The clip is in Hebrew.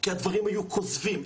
כי הדברים היו כוזבים.